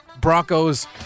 Broncos